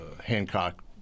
Hancock